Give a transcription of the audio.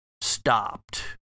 stopped